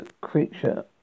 creature